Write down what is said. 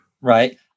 right